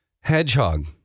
Hedgehog